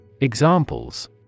Examples